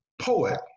poet